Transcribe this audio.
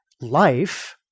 life